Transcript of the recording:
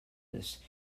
this